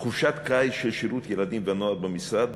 חופשת קיץ של שירות ילדים ונוער במשרד,